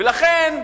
ולכן,